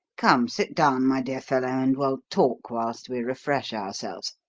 come, sit down, my dear fellow, and we'll talk whilst we refresh ourselves.